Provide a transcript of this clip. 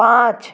पाँच